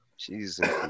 Jesus